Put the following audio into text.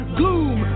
gloom